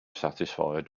satisfied